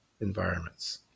environments